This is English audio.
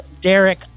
Derek